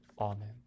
Amen